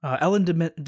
ellen